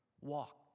Walk